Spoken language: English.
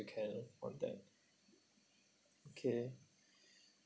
can on that okay